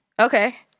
Okay